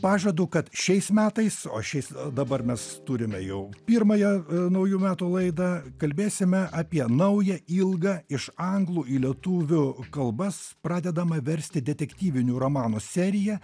pažadu kad šiais metais o šiais dabar mes turime jau pirmąją naujų metų laidą kalbėsime apie naują ilgą iš anglų į lietuvių kalbas pradedamą versti detektyvinių romanų seriją